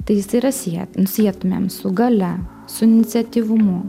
tai jis yra siet sietumėm su galia su iniciatyvumu